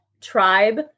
tribe